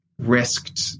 Risked